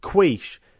quiche